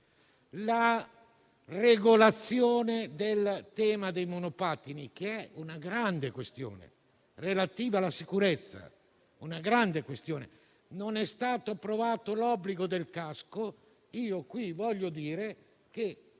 la regolazione del tema dei monopattini, che è una grande questione relativa alla sicurezza. Non è stato approvato l'obbligo del casco, ma in questa sede